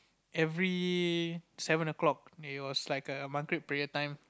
every seven o'clock it was like a prayer time